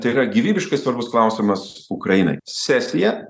tai yra gyvybiškai svarbus klausimas su ukrainai sesija